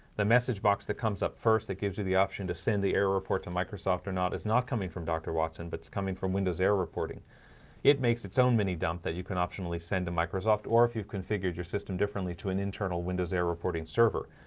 the message box that comes up first that gives you the option to send the error report to microsoft or not it's not coming from dr. watson, but coming from windows error reporting it makes its own mini dump that you can optionally send to microsoft or if you've configured your system differently to an internal windows error reporting server,